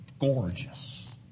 gorgeous